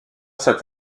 cette